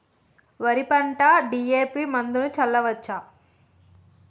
వరి పంట డి.ఎ.పి మందును చల్లచ్చా?